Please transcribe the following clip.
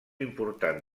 important